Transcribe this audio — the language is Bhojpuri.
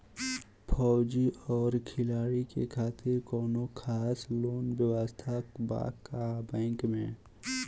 फौजी और खिलाड़ी के खातिर कौनो खास लोन व्यवस्था बा का बैंक में?